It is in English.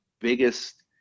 biggest